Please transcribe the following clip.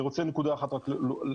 אני רוצה נקודה אחת רק לחדד,